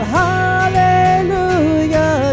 hallelujah